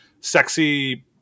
sexy